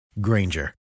Granger